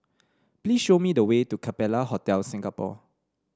please show me the way to Capella Hotel Singapore